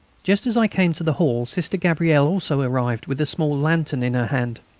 just as i came to the hall sister gabrielle also arrived, with a small lantern in her hand.